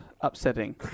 upsetting